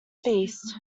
feast